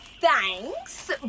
thanks